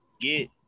get